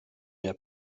mehr